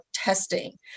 testing